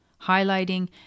highlighting